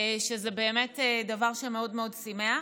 שזה באמת דבר שמאוד מאוד שימח.